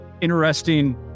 interesting